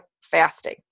fasting